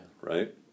right